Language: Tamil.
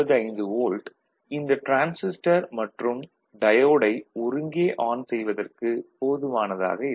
95 வோல்ட் இந்த டிரான்சிஸ்டர் மற்றும் டயோடை ஒருங்கே ஆன் செய்வதற்குப் போதுமானதாக இல்லை